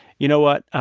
you know what?